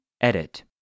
Edit